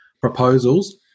proposals